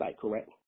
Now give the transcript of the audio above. correct